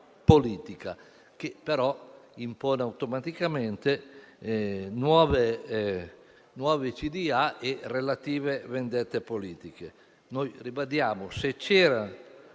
politica che però impone automaticamente nuovi CDA e relative vendette politiche. Noi ribadiamo: se c'erano